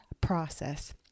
process